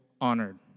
honored